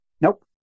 Nope